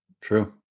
True